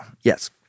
Yes